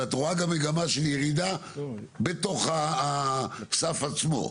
ואת רואה גם מגמה של ירידה בתוך הסף עצמו?